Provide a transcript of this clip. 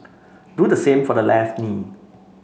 do the same for the left knee